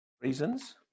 reasons